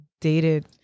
dated